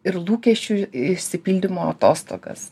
ir lūkesčių išsipildymo atostogas